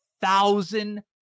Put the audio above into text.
thousand